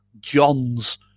Johns